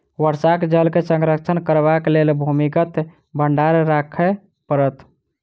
वर्षाक जल के संरक्षण करबाक लेल भूमिगत भंडार राखय पड़त